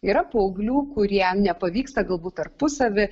yra paauglių kuriem nepavyksta galbūt tarpusavy